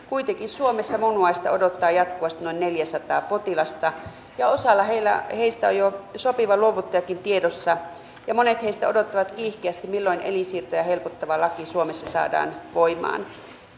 kuitenkin suomessa munuaista odottaa jatkuvasti noin neljäsataa potilasta ja osalla heistä heistä on jo sopiva luovuttajakin tiedossa ja monet heistä odottavat kiihkeästi milloin elinsiirtoja helpottava laki suomessa saadaan voimaan